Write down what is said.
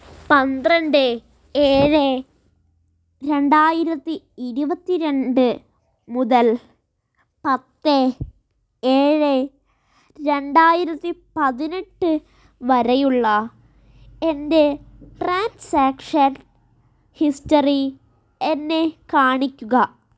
പന്ത്രണ്ട് ഏഴ് രണ്ടായിരത്തി ഇരുപത്തി രണ്ട് മുതൽ പത്ത് ഏഴ് രണ്ടായിരത്തി പതിനെട്ട് വരെയുള്ള എന്റെ ട്രാൻസാക്ഷൻ ഹിസ്റ്ററി എന്നെ കാണിക്കുക